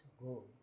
Go